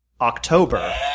October